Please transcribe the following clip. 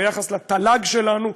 ביחס לתל"ג שלנו,